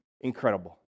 incredible